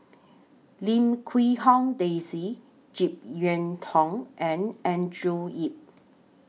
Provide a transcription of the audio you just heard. Lim Quee Hong Daisy Jek Yeun Thong and Andrew Yip